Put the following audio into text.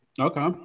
Okay